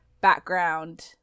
background